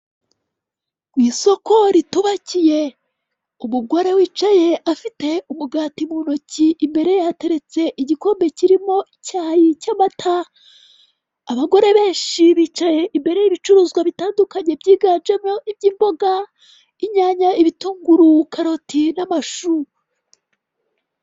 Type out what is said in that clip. Isoko ritubakiye, umugore wicaye afite umugati muntoki imbere ye hateretse igikombe kirimo icyayi cy'amata, abagore benshi bicaye imbere y'ibicuruzwa bitandukanye byiganjemo iby'imboga, inyanya, ibitunguru, karoti n'amashu.